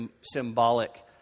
symbolic